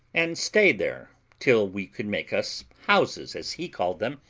and stay there till we could make us houses, as he called them,